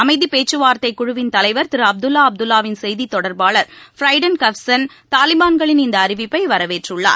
அமைதிப் பேச்சுவார்த்தைக் குழுவிள் தலைவர் திரு அப்துல்லா அப்துல்லாவின் செய்தித் தொடர்பாளர் ஃப்ரைடன் கவ்ஸன் தாலிபான்களின் இந்த அறிவிப்பை வரவேற்றுள்ளார்